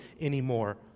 anymore